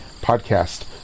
podcast